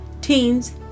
teens